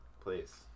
please